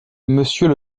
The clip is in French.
monsieur